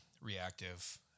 reactive